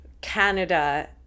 canada